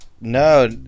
No